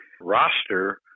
roster